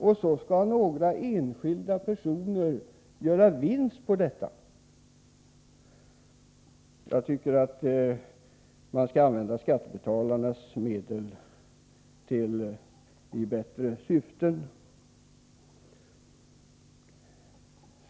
Sedan skall några enskilda personer göra vinster på detta. Jag tycker att man skall använda skattebetalarnas medel i bättre syften!